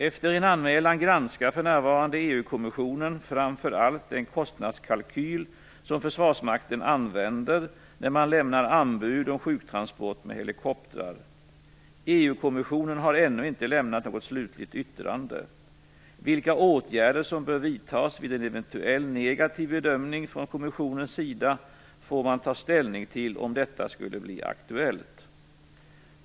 Efter en anmälan granskar för närvarande EU kommissionen framför allt den kostnadskalkyl som Försvarsmakten använder när man lämnar anbud om sjuktransport med helikoptrar. EU-kommissionen har ännu inte lämnat något slutligt yttrande. Vilka åtgärder som bör vidtas vid en eventuellt negativ bedömning från kommissionens sida får man ta ställning till om detta skulle bli aktuellt.